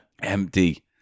Empty